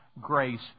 grace